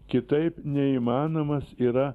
kitaip neįmanomas yra